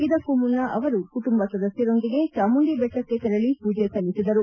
ಇದಕ್ಕೂ ಮುನ್ನ ಅವರು ಕುಟುಂಬ ಸದಸ್ಯರೊಂದಿಗೆ ಚಾಮುಂಡಿ ಬೆಟ್ಟಕ್ಕೆ ತೆರಳಿ ಪೂಜೆ ಸಲ್ಲಿಸಿದರು